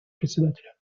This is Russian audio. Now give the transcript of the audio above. председателя